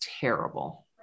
terrible